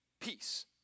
peace